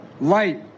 light